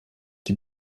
die